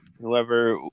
Whoever